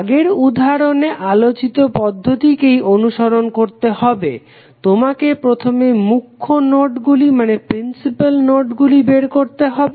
আগের উদাহরণে আলোচিত পদ্ধতিটিকেই অনুসরন করতে হবে তোমাকে প্রথমে মুখ্য নোডগুলি বের করতে হবে